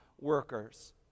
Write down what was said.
workers